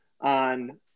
on